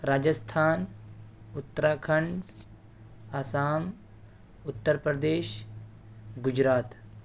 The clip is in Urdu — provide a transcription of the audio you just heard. راجستھان اترا کھنڈ آسام اتر پردیش گجرات